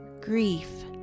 Grief